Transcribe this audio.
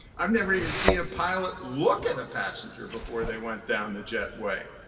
i've never even seen a pilot look at a passenger before they went down the jet way.